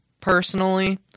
personally